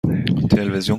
تلویزیون